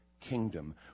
kingdom